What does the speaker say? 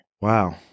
Wow